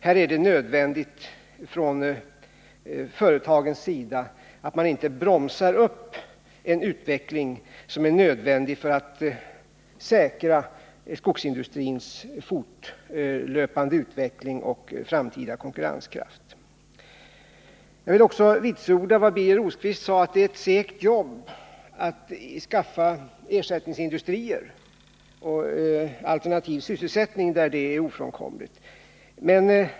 Här är det för företagens skull nödvändigt att man inte bromsar upp en utveckling som är erforderlig för att säkra skogsindustrins fortlöpande utveckling och framtida konkurrenskraft. Jag vill också vitsorda vad Birger Rosqvist sade om att det är segt jobb att skaffa ersättningsindustrier och alternativ sysselsättning där det är ofrånkomligt.